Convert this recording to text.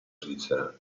svizzera